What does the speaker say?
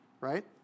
right